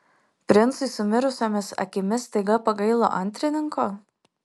princui su mirusiomis akimis staiga pagailo antrininko